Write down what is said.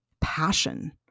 passion